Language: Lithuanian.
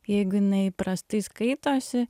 jeigu jinai prastai skaitosi